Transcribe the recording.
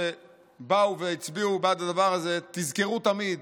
שבאו והצביעו בעד הדבר הזה: תזכרו תמיד